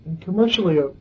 commercially